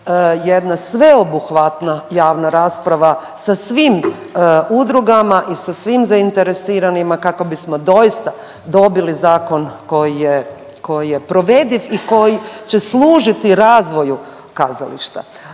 jedna sveobuhvatna javna rasprava sa svim udrugama i sa svim zainteresiranima kako bismo doista dobili zakon koji je, koji je provediv i koji će služiti razvoju kazališta.